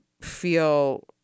feel